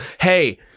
Hey